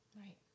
Right